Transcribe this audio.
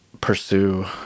pursue